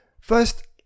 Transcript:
First